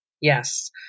Yes